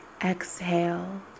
exhale